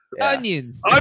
Onions